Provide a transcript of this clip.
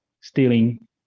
stealing